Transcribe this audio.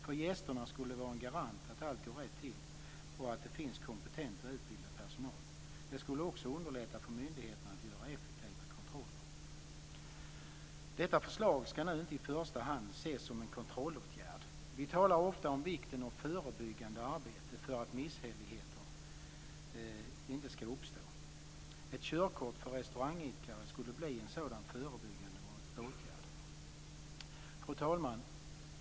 För gästerna skulle det vara en garant att allt går rätt till och att det finns kompetent och utbildad personal. Det skulle också underlätta för myndigheterna att göra effektiva kontroller. Detta förslag ska nu inte i första hand ses som en kontrollåtgärd. Vi talar ofta om vikten av förebyggande arbete för att misshälligheter inte ska uppstå. Ett körkort för restaurangidkare skulle bli en sådan förebyggande åtgärd. Fru talman!